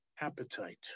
appetite